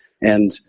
And-